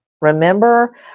Remember